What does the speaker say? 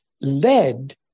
led